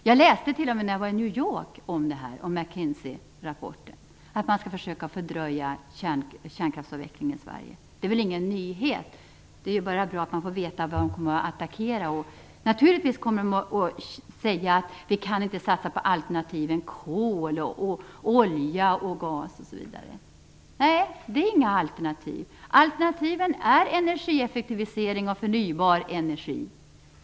Jag läste t.o.m. i Mc Kinsey-rapporten när jag var i New York, att man skall försöka fördröja kärnkraftsavvecklingen i Sverige. Det är väl ingen nyhet, men det är ju bra att man får veta vad de kommer att attackera. Naturligtvis kommer de att säga att vi inte kan satsa på alternativen kol, olja, gas osv. Nej, det är inga alternativ. Alternativen är energieffektivisering och förnybar energi.